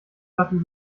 lassen